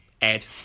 ed